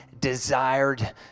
desired